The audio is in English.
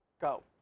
Go